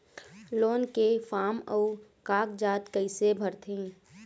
Loan के form अऊ कागजात कइसे भरथें?